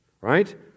right